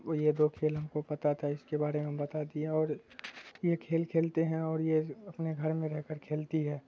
یہ دو کھیل ہم کو پتا تھا ہے اس کے بارے میں ہم بتا دیے اور یہ کھیل کھیلتے ہیں اور یہ اپنے گھر میں رہ کر کھیلتی ہے